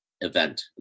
event